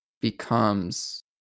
becomes